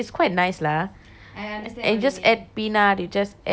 and you just add peanut you just add your favourite toppings and all